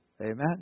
Amen